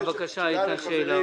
בבקשה, איתן, שאלה.